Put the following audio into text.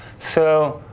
so,